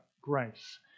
grace